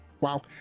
Wow